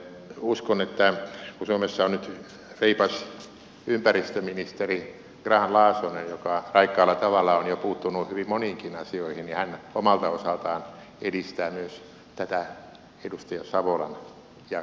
uskon että kun suomessa on nyt reipas ympäristöministeri grahn laasonen joka raikkaalla tavalla on jo puuttunut hyvin moniinkin asioihin hän omalta osaltaan edistää myös tätä edustaja savolan ja kumppanien lakialoitetta